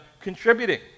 contributing